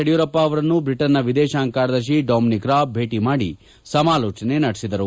ಯಡಿಯೂರಪ್ಪ ಅವರನ್ನು ಬ್ರಿಟನ್ನ ವಿದೇಶಾಂಗ ಕಾರ್ಯದರ್ಶಿ ಡೊಮಿನಿಕ್ ರಾಬ್ ಭೇಟಿ ಮಾಡಿ ಸಮಾಲೋಚನೆ ನಡೆಸಿದರು